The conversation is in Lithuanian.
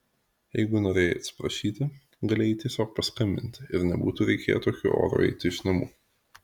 jeigu norėjai atsiprašyti galėjai tiesiog paskambinti ir nebūtų reikėję tokiu oru eiti iš namų